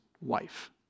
wife